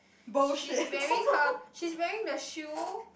she is wearing her she is wearing the shoe